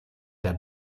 der